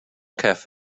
cafe